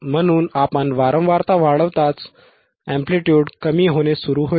म्हणून आपण वारंवारता वाढवताच ते एंप्लिट्युड कमी होणे सुरू होईल